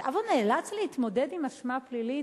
ועכשיו הוא נאלץ להתמודד עם אשמה פלילית?